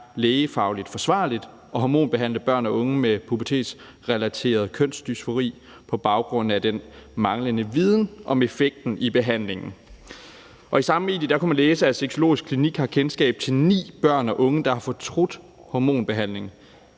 lægefagligt forsvarligt at hormonbehandle børn og unge med pubertetsrelateret kønsdysfori på baggrund af den manglende viden om effekten af behandlingen. I samme medie kunne man læse, at Sexologisk Klinik har kendskab til ni børn og unge, der har fortrudt hormonbehandling,